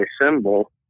symbol